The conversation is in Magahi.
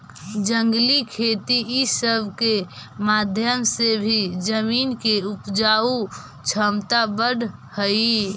जंगली खेती ई सब के माध्यम से भी जमीन के उपजाऊ छमता बढ़ हई